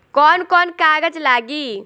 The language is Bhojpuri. कौन कौन कागज लागी?